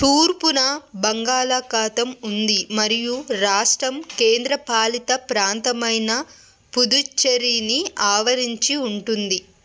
తూర్పున బంగాళాఖాతం ఉంది మరియు రాష్ట్రం కేంద్రపాలిత ప్రాంతమైన పుదుచ్చెరీని ఆవరించి ఉంటుంది